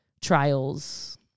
trials